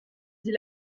dit